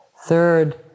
Third